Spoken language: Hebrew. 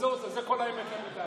זאת כל האמת.